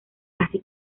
así